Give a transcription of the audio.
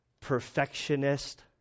perfectionist